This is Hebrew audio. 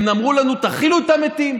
הם אמרו לנו: תכילו את המתים.